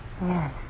Yes